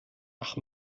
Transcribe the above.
ach